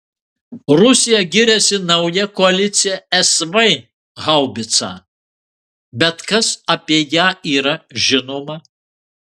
rusija giriasi nauja koalicija sv haubica bet kas apie ją yra žinoma